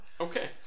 okay